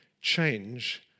change